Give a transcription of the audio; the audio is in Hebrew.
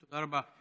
תודה רבה.